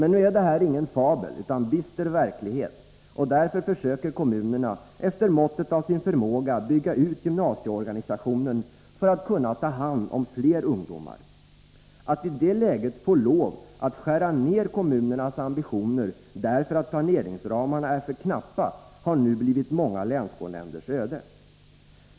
Nu är det här ingen fabel utan bister verklighet, och därför försöker kommunerna att efter måttet av sin förmåga bygga ut gymnasieorganisationen för att kunna ta hand om fler ungdomar. Att i det läget få lov att skära ner kommunernas ambitioner, därför att planeringsramarna är för knappa, har nu blivit många länsskolnämnders öde.